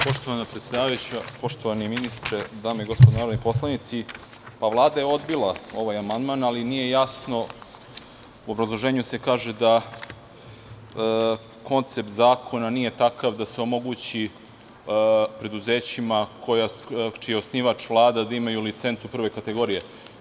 Poštovana predsedavajuća, poštovani ministre, dame i gospodo narodni poslanici, Vlada je odbila ovaj amandman, ali nije jasno, u obrazloženju se kaže da koncept zakona nije takav da se omogući preduzećima, čiji je osnivač Vlada, da imaju licencu prve kategorije.